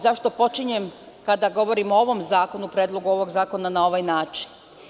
Zašto počinjem, kada govorim o ovom zakonu, predlogu ovog zakona, na ovaj način?